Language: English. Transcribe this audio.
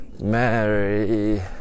Mary